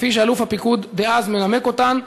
כפי שאלוף הפיקוד דאז מנמק אותן,